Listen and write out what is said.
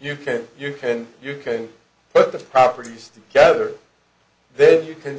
you can you can you can put the properties together then you can